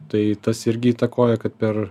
tai tas irgi įtakoja kad per